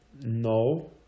no